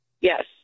Yes